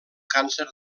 càncer